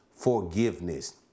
Forgiveness